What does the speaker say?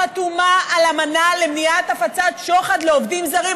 חתומה על אמנה למניעת הפצת שוחד לעובדים זרים.